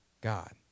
God